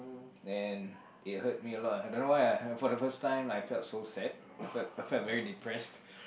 then it hurt me a lot I don't know why ah for the first time I felt so sad I felt I felt very depressed